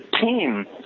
team